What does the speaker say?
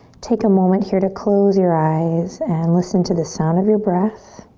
take a moment here to close your eyes and listen to the sound of your breath.